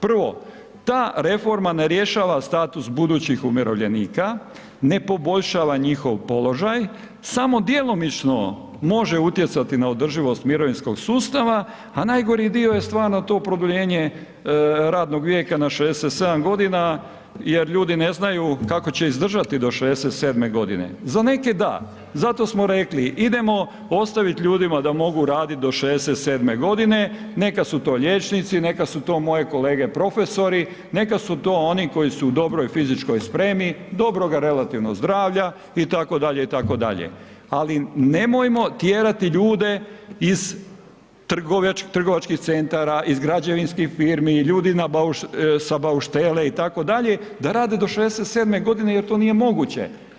Prvo, ta reforma ne rješava status budućih umirovljenika, ne poboljšava njihov položaj, samo djelomično može utjecati na održivost mirovinskog sustava, a najgori dio je stvarno to produljenje radnog vijeka na 67.g. jer ljudi ne znaju kako će izdržati do 67.g. Za neke da, zato smo rekli, idemo ostavit ljudima da mogu radit do 67.g., neka su to liječnici, neka su to moje kolege profesori, neka su to oni koji su u dobroj fizičkoj spremi, dobroga relativnog zdravlja itd., itd., ali nemojmo tjerati ljude iz trgovačkih centara, iz građevinskih firmi, ljudi sa bauštele itd. da rade do 67.g. jer to nije moguće.